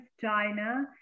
China